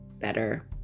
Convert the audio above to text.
better